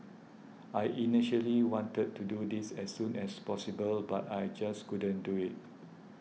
I initially wanted to do this as soon as possible but I just couldn't do it